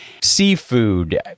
seafood